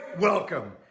welcome